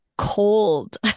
cold